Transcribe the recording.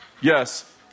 Yes